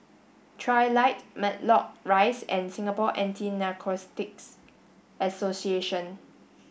Trilight Matlock Rise and Singapore Anti Narcotics Association